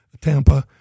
Tampa